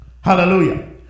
Hallelujah